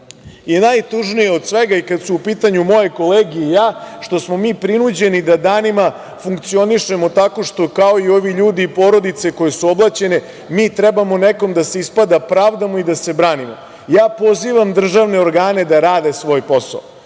stranke. Najtužnije od svega, i kad su u pitanju moje kolege i ja, jeste što smo mi prinuđeni da danimo funkcionišemo tako što kao i ovi ljudi i porodice koje su oblaćene, mi treba da se nekom pravdamo i da se branimo. Ja pozivam državne organe da rade svoj posao